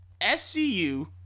SCU